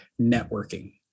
networking